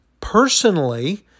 personally